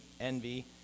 envy